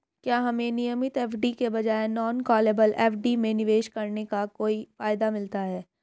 क्या हमें नियमित एफ.डी के बजाय नॉन कॉलेबल एफ.डी में निवेश करने का कोई फायदा मिलता है?